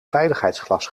veiligheidsglas